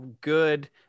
good